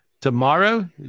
tomorrow